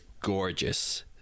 gorgeous